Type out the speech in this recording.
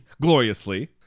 gloriously